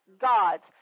God's